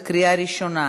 בקריאה ראשונה.